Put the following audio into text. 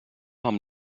amb